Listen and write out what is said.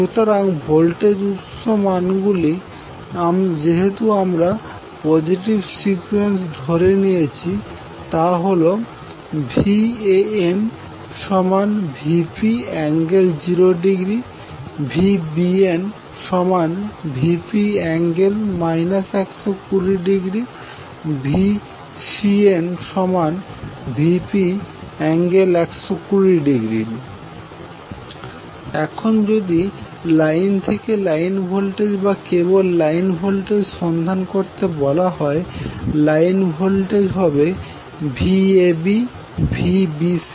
সুতরাং ভোল্টেজ উৎসের মানগুলি যেহেতু আমরা পজেটিভ সিকুয়েন্স ধরে নিয়েছি তা হল VanVp∠0° VbnVp∠ 120° VcnVp∠120° এখন যদি লাইন থেকে লাইন ভোল্টেজ বা কেবল লাইন ভোল্টেজ সন্ধান করতে বলা হয় লাইন ভোল্টেজ হবেVab Vbc বা Vca